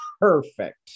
Perfect